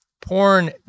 porn